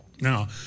Now